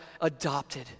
adopted